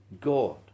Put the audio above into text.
God